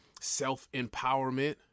self-empowerment